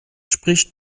spricht